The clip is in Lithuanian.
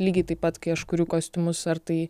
lygiai taip pat kai aš kuriu kostiumus ar tai